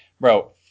bro